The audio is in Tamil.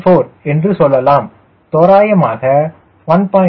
4 என்று சொல்லலாம் தோராயமாக 1